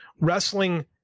Wrestling